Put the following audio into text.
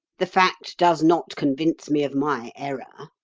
the fact does not convince me of my error,